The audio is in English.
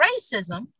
racism